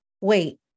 wait